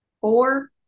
four